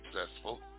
successful